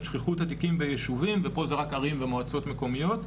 שכיחות התיקים ביישובים ופה זה רק עשרים ומועצות מקומיות,